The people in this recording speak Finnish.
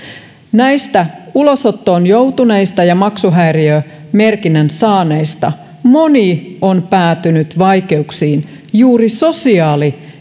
näistä ulosottoon joutuneista ja maksuhäiriömerkinnän saaneista moni on päätynyt vaikeuksiin juuri sosiaali